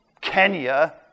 Kenya